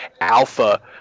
alpha